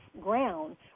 ground